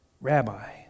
Rabbi